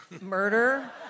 Murder